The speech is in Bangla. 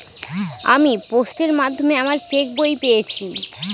আমি পোস্টের মাধ্যমে আমার চেক বই পেয়েছি